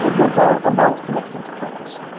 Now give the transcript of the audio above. and that are about connecting to purpose.